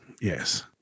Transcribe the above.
yes